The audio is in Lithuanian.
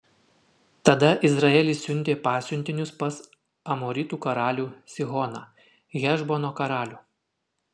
tada izraelis siuntė pasiuntinius pas amoritų karalių sihoną hešbono karalių